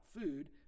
food